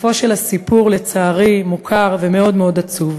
סופו של הסיפור, לצערי, מוכר ומאוד מאוד עצוב.